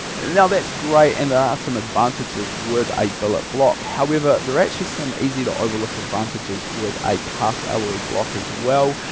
now that's great and there are ah some advantages with a billet block however there are actually some easy to overlook advantages with a cast alloy block as well.